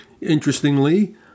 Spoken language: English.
Interestingly